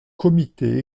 comité